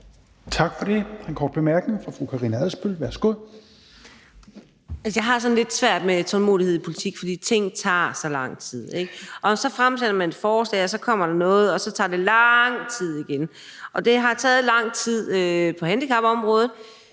Tak for det. Der er en kort bemærkning fra fru Karina Adsbøl. Værsgo. Kl. 20:51 Karina Adsbøl (DF): Jeg har det lidt svært med tålmodighed i politik, for ting tager så lang tid. Man fremsætter et forslag, og så kommer der noget, og så tager det lang tid igen, og det har taget lang tid på handicapområdet,